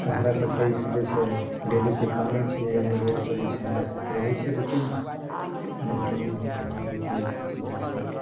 तऽ हमारा सबके ई सब जे छै डेलीके कामे छियै यानि रोड पर जे छै हमरा सबके रहै छै ड्यूटीमे आ ड्यूटीमे रहैके बाद जे छै ई सब जे छै